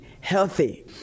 healthy